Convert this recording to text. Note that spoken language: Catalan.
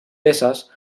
peces